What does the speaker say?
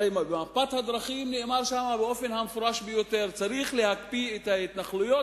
הרי במפת הדרכים נאמר באופן המפורש ביותר: צריך להקפיא את ההתנחלויות,